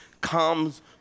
comes